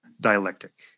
dialectic